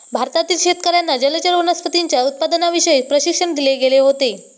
भारतातील शेतकर्यांना जलचर वनस्पतींच्या उत्पादनाविषयी प्रशिक्षण दिले गेले होते